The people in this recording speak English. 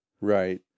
Right